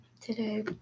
Today